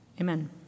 Amen